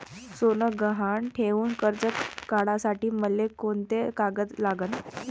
सोनं गहान ठेऊन कर्ज काढासाठी मले कोंते कागद लागन?